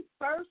first